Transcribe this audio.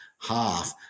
Half